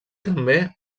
també